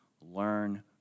learn